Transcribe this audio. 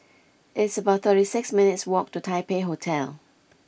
it's about thirty six minutes' walk to Taipei Hotel